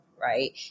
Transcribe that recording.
right